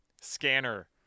Scanner